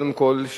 קודם כול,